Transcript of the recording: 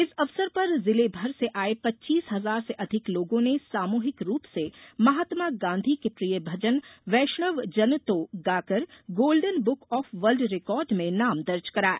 इस अवसर पर जिले भर से आए पच्चीस हजार से अधिक लोगों ने सामुहिक रुप से महात्मा गांधी के प्रिय भजन वैष्णव जन तोगाकर golden book of world record में नाम दर्ज कराया